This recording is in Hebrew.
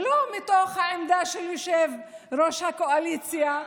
לא מתוך עמדה של יושב-ראש הקואליציה,